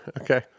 Okay